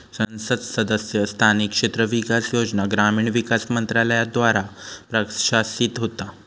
संसद सदस्य स्थानिक क्षेत्र विकास योजना ग्रामीण विकास मंत्रालयाद्वारा प्रशासित होता